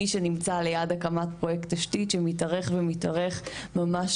מי שנמצא ליד הקמת פרויקט תשתית שמתארך ומתארך ממש